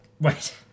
Wait